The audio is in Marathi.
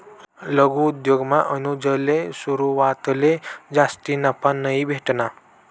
लघु उद्योगमा अनुजले सुरवातले जास्ती नफा नयी भेटना